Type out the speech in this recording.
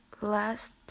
last